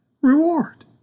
reward